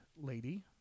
lady